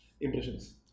impressions